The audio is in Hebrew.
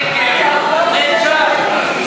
כישלון הממשלה בטיפול באבטלה,